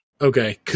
Okay